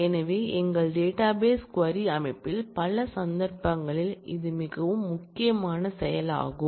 எனவே எங்கள் database query அமைப்பில் பல சந்தர்ப்பங்களில் இது மிகவும் முக்கியமான செயலாகும்